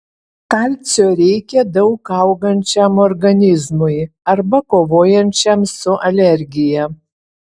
kalcio reikia daug augančiam organizmui arba kovojančiam su alergija